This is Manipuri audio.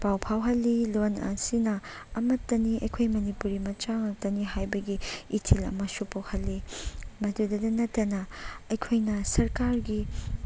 ꯄꯥꯎ ꯐꯥꯎꯍꯜꯂꯤ ꯂꯣꯟ ꯑꯁꯤꯅ ꯑꯃꯠꯇꯅꯤ ꯑꯩꯈꯣꯏ ꯃꯅꯤꯄꯨꯔꯤ ꯃꯆꯥ ꯉꯥꯛꯇꯅꯤ ꯍꯥꯏꯕꯒꯤ ꯏꯊꯤꯜ ꯑꯃꯁꯨ ꯄꯣꯛꯍꯜꯂꯤ ꯃꯗꯨꯗꯇ ꯅꯠꯇꯅ ꯑꯩꯈꯣꯏꯅ ꯁꯔꯀꯥꯔꯒꯤ